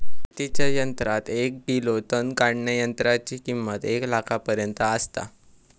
शेतीच्या यंत्रात एक ग्रिलो तण काढणीयंत्राची किंमत एक लाखापर्यंत आसता